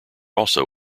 also